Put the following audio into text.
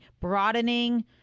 broadening